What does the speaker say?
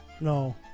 No